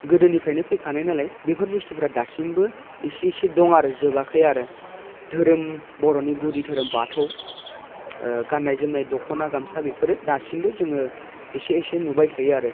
गोदोनिफ्रायनो फैखानायानालाय बेफोर बुस्थुफ्रा दासिमबो इसे इसे दं आरो जोबाखै आरो धोरोम बर'नि गुदि धोरोम बाथौ ओ गाननाय जोमनाय दख'ना गामसा बेफोरो दासिमबो जोङो एसे एसे नुबाय थायो आरो